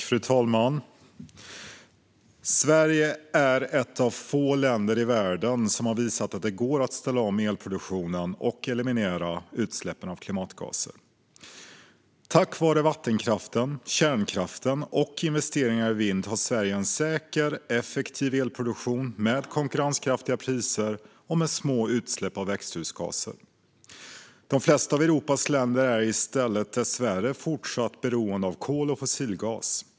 Fru talman! Sverige är ett av få länder i världen som har visat att det går att ställa om elproduktionen och eliminera utsläppen av klimatgaser. Tack vare vattenkraft, kärnkraft och investeringar i vind har Sverige en säker, effektiv elproduktion med konkurrenskraftiga priser och små utsläpp av växthusgaser. De flesta av Europas länder är i stället dessvärre fortsatt beroende av kol och fossilgas.